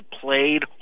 played